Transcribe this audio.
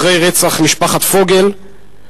אחרי רצח משפחת פוגל,